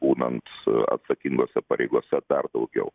būnant atsakingose pareigose dar daugiau